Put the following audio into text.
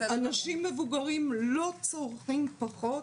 אנשים מבוגרים לא צורכים פחות